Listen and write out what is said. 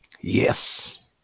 Yes